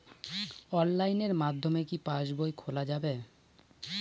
অনলাইনের মাধ্যমে কি পাসবই খোলা যাবে?